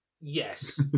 Yes